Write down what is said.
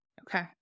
Okay